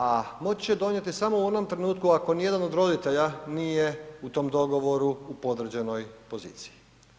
A moći će donijeti samo u onom trenutku ako nijedan od roditelja nije u tom dogovoru u podređenoj poziciji.